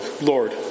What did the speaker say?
Lord